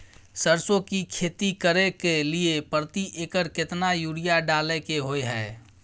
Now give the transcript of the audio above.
सरसो की खेती करे के लिये प्रति एकर केतना यूरिया डालय के होय हय?